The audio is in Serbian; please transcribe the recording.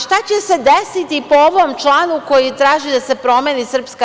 Šta će se desiti po ovom članu, za koji traži da se promeni SRS?